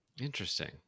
Interesting